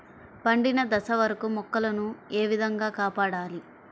పండిన దశ వరకు మొక్కల ను ఏ విధంగా కాపాడాలి?